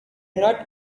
not